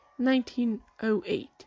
1908